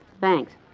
Thanks